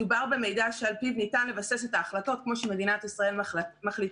מדובר במידע שעל פיו ניתן לבסס את ההחלטות כמו שמדינת ישראל מחליטה.